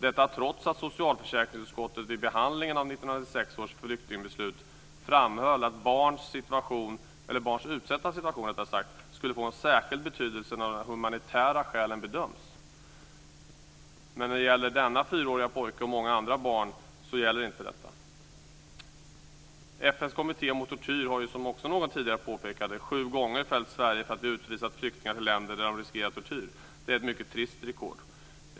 Detta trots att socialförsäkringsutskottet vid behandlingen av 1996 års flyktingbeslut framhöll att barns utsatta situation skulle få en särskild betydelse när de humanitära skälen bedöms. Men när det gäller denna fyraåriga pojke och många andra barn gäller inte detta. FN:s kommitté mot tortyr har ju sju gånger fällt Sverige för att vi utvisat flyktingar till länder där de riskerar tortyr, som också någon tidigare påpekade. Det är ett mycket trist rekord.